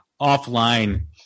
offline